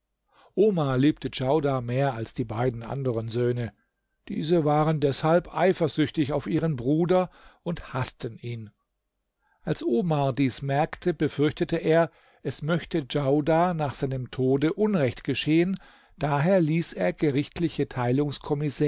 omar liebte djaudar mehr als die beiden anderen söhne diese waren deshalb eifersüchtig auf ihren bruder und haßten ihn als omar das merkte befürchtete er es möchte djaudar nach seinem tode unrecht geschehen daher ließ er gerichtliche